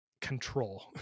control